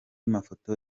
mafoto